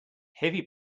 heavy